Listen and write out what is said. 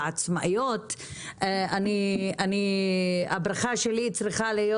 לעצמאיות הברכה שלי צריכה להיות